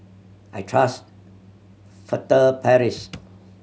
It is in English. I trust Furtere Paris